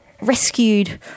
rescued